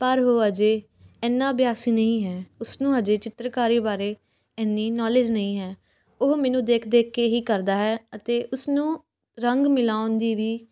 ਪਰ ਉਹ ਅਜੇ ਇੰਨਾਂ ਅਭਿਆਸੀ ਨਹੀਂ ਹੈ ਉਸਨੂੰ ਅਜੇ ਚਿੱਤਰਕਾਰੀ ਬਾਰੇ ਇੰਨੀ ਨੋਲੇਜ ਨਹੀਂ ਹੈ ਉਹ ਮੈਨੂੰ ਦੇਖ ਦੇਖ ਕੇ ਹੀ ਕਰਦਾ ਹੈ ਅਤੇ ਉਸਨੂੰ ਰੰਗ ਮਿਲਾਉਣ ਦੀ ਵੀ